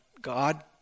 God